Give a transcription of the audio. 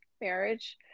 marriage